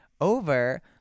over